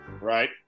Right